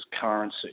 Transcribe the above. currency